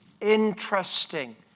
Interesting